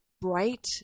bright